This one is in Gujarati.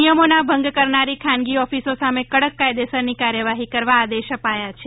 નિયમોના ભંગ કરનારી ખાનગી ઓફિસો સામે કડક કાયદેસરની કાર્યવાહી કરવા આદેશ અપાયા છે